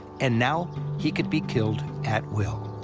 and now he could be killed at will.